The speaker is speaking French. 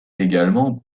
également